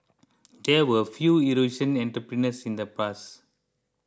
there were few Eurasian entrepreneurs in the past